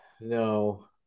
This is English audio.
No